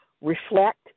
reflect